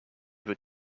veux